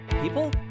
people